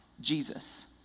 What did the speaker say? Jesus